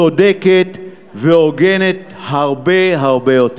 צודקת והוגנת הרבה יותר.